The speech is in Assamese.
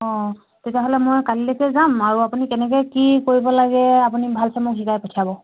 অঁ তেতিয়াহ'লে মই কালিলৈকে যাম আৰু আপুনি কেনেকৈ কি কৰিব লাগে আপুনি ভালকৈ মোক শিকাই পঠিয়াব